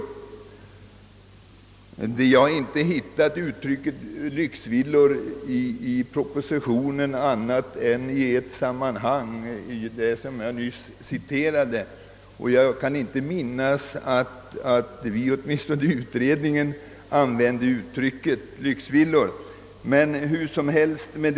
Inom parentes vill jag säga att jag inte har hittat uttrycket lyxvillor i propositionen på något annat ställe än i det sammanhang jag nyss citerade, och jag kan inte minnas att vi använde uttrycket lyxvillor i utredningen heller.